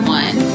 one